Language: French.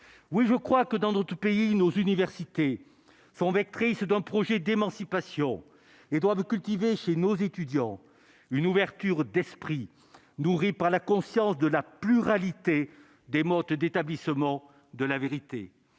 oui, je crois que dans d'autres pays, nos universités font rectrice d'un projet d'émancipation et doivent cultiver chez nos étudiants, une ouverture d'esprit nourri par la conscience de la pluralité des modes d'établissement de la vérité,